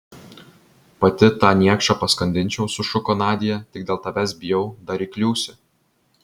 pati tą niekšą paskandinčiau sušuko nadia tik dėl tavęs bijau dar įkliūsi